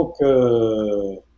...donc